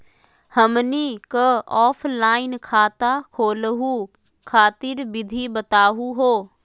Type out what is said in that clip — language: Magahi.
हमनी क ऑफलाइन खाता खोलहु खातिर विधि बताहु हो?